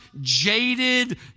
jaded